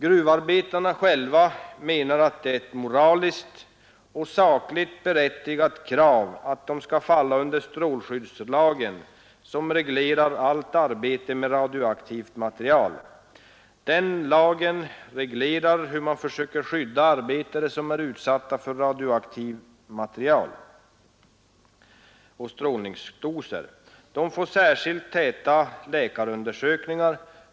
Gruvarbetarna att det är ett moraliskt och sakligt berättigat krav att de skall falla under strålskyddslagen, som reglerar allt arbete med radioaktivt material. Den lagen reglerar hur man skall försöka skydda arbetare som är utsatta för radioaktiva strålningsdoser. De får särskilt täta läkarundersökningar.